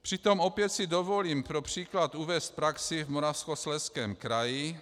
Přitom opět si dovolím pro příklad uvést praxi v Moravskoslezském kraji.